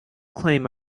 claim